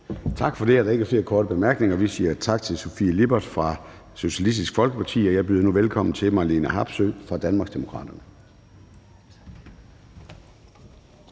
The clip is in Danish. Tak for det. Der er ikke flere korte bemærkninger. Vi siger tak til Sofie Lippert fra Socialistisk Folkeparti, og jeg byder nu velkommen til Marlene Harpsøe fra Danmarksdemokraterne.